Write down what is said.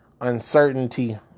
uncertainty